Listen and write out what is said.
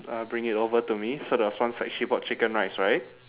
uh bring it over to me so there was once like she bought chicken rice right